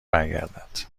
برگردد